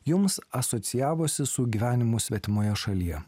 jums asocijavosi su gyvenimu svetimoje šalyje